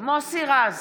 מוסי רז,